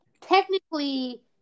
Technically